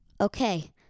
Okay